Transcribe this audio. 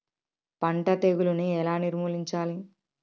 పంట తెగులుని ఎలా నిర్మూలించాలి?